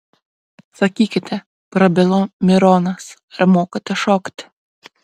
sakykite prabilo mironas ar mokate šokti